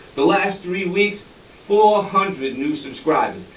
the last three weeks, four hundred new subscribers,